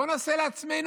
בואו נעשה לעצמנו.